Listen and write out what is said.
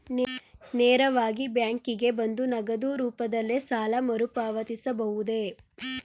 ನೇರವಾಗಿ ಬ್ಯಾಂಕಿಗೆ ಬಂದು ನಗದು ರೂಪದಲ್ಲೇ ಸಾಲ ಮರುಪಾವತಿಸಬಹುದೇ?